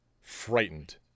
frightened